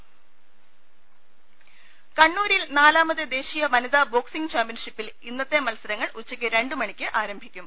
രദ്ദേഷ്ടങ കണ്ണൂരിൽ നാലാമത് ദേശീയ വനിത ബോക്സിംഗ് ചാമ്പ്യൻഷിപ്പിൽ ഇ ന്നത്തെ മത്സരങ്ങൾ ഉച്ചയ്ക്ക് രണ്ട് മണിക്ക് ആരംഭിക്കും